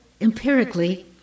empirically